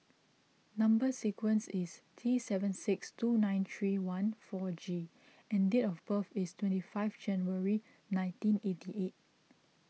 Number Sequence is T seven six two nine three one four G and date of birth is twenty five January nineteen eighty eight